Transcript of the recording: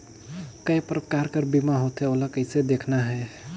काय प्रकार कर बीमा मा होथे? ओला कइसे देखना है?